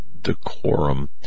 decorum